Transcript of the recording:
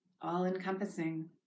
all-encompassing